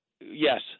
Yes